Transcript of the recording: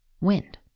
wind